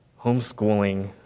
homeschooling